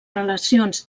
relacions